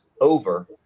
over